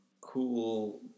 cool